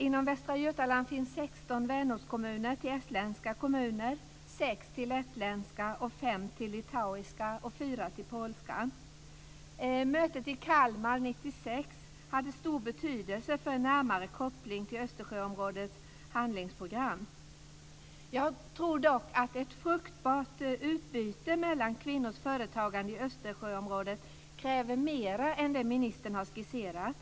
Inom Västra Götaland finns 16 vänortskommuner till estländska kommuner, sex till lettländska, fem till litauiska och fyra till polska. Mötet i Kalmar 1996 hade stor betydelse för en närmare koppling till Östersjöområdets handlingsprogram. Jag tror dock att ett fruktbart utbyte mellan kvinnors företagande i Östersjöområdet kräver mera än ministern skisserat.